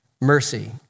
mercy